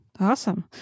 Awesome